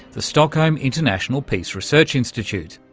the stockholm international peace research institute.